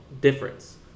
difference